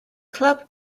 club